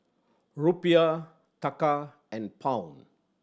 Rupiah Taka and Pound